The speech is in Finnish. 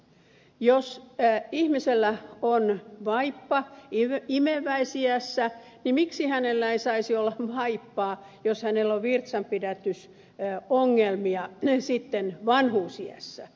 jos ihmisellä on vaippa imeväisiässä niin miksi hänellä ei saisi olla vaippaa jos hänellä on virtsanpidätysongelmia sitten vanhuusiässä